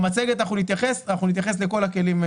במצגת אנחנו נתייחס לכל הכלים.